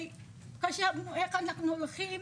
חשבנו, איך אנחנו הולכים?